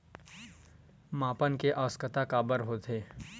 मापन के आवश्कता काबर होथे?